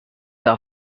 are